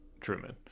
truman